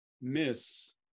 miss